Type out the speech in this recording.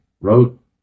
wrote